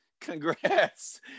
congrats